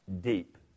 deep